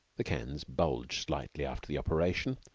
the cans bulged slightly after the operation,